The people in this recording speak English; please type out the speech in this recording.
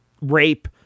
rape